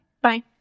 bye